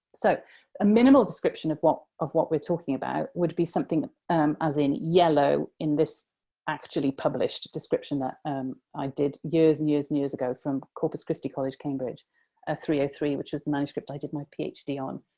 so a minimal description of what of what we're talking about would be something as in yellow in this actually published description that um i did years and years and years ago from corpus christi college cambridge ah three hundred and three which is the manuscript i did my ph d. on,